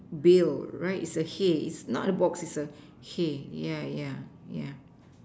bill right it's a hay it's not a box it's a hay yeah yeah yeah